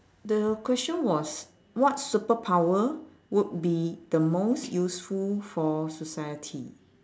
the question was what superpower would be the most useful for society